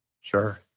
sure